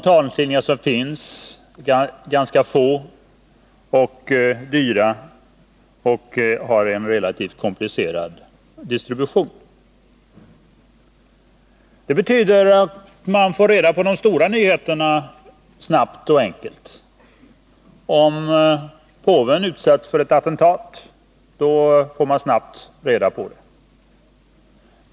Taltidningarna är ganska få och dyra samt har en relativt komplicerad distribution. Detta betyder att de synskadade snabbt och enkelt får reda på de stora nyheterna. Om påven utsätts för ett attentat, får de synskadade snabbt reda på detta.